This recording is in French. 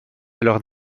alors